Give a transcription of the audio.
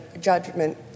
judgment